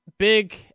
Big